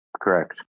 correct